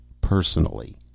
Personally